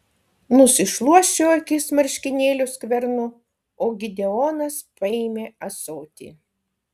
nusišluosčiau akis marškinėlių skvernu o gideonas paėmė ąsotį